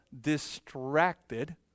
distracted